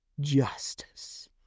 Justice